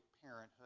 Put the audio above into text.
parenthood